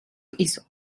ist